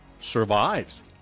Survives